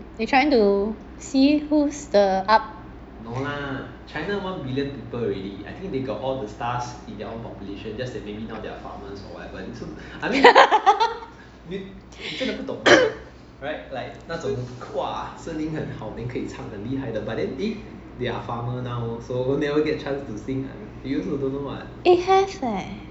they trying to see who's the up eh have leh